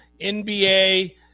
NBA